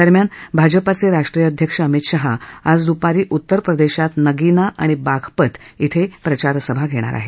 दरम्यान भाजपा अध्यक्ष अमित शाह आज दुपारी उत्तरप्रदेशात नगिना आणि बाघपत इथं प्रचारसभा घेणार आहेत